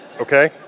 okay